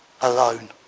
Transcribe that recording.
alone